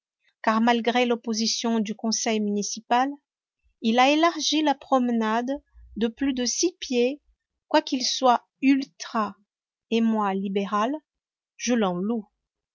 car malgré l'opposition du conseil municipal il a élargi la promenade de plus de six pieds quoiqu'il soit ultra